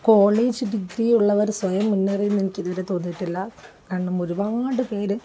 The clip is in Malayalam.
കോളേജ് ഡിഗ്രി ഉുള്ളവര് സ്വയം മുന്നേറിയെന്ന് എനിക്കിതിവരെ തോന്നിയിട്ടില്ല കാരണം ഒരുപാട് പേര്